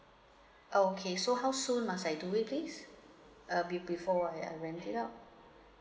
okay so how so must I do it please uh be~ before when I rent it out